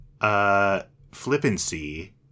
flippancy